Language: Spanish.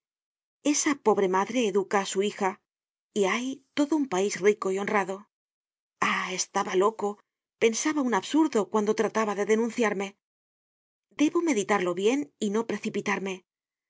esa pobre madre educa á su hija y hay todo un pais rico y honrado ah estaba loco pensaba un absurdo cuando trataba de denunciarme debo meditarlo bien y no precipitarme